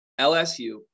LSU